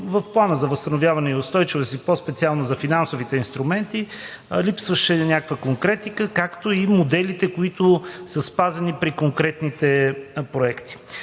в Плана за възстановяване и устойчивост и по-специално за финансовите инструменти, липсваше някаква конкретика, както и моделите, които са спазени при конкретните проекти.